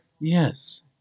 Yes